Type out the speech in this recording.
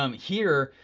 um here,